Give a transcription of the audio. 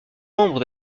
membre